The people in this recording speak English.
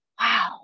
wow